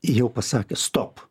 jau pasakė stop